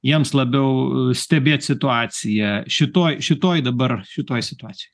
jiems labiau stebėt situaciją šitoj šitoj dabar šitoj situacijoj